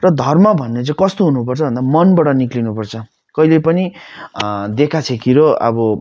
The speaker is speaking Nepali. र धर्म भन्ने चाहिँ कस्तो हुनु पर्छ भन्दा मनबाट निस्कनु पर्छ कहिले पनि देखासेखी र अब